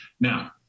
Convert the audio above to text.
Now